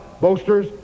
boasters